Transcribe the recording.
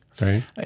right